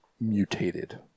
mutated